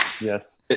Yes